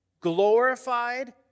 glorified